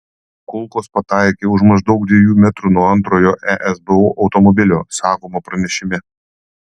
kulkos pataikė už maždaug dviejų metrų nuo antrojo esbo automobilio sakoma pranešime